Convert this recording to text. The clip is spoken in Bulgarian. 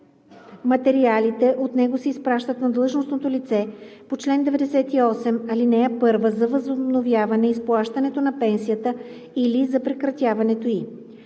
материалите от него се изпращат на длъжностното лице по чл. 98, ал. 1 за възобновяване изплащането на пенсията или за прекратяването